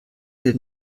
der